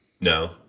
No